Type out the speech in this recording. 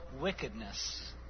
wickedness